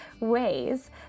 ways